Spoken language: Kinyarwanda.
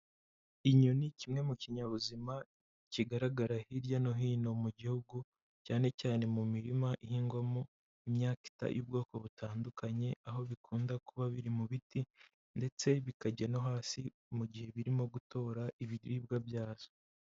Inyoni, kimwe mu kinyabuzima kigaragara hirya no hino mu gihugu, cyane cyane mu mirima ihingwamo imyaka y'ubwoko butandukanye, aho bikunda kuba biri mu biti ndetse bikajya no hasi mu gihe birimo gutora ibiribwa byazo.